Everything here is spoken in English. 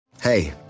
Hey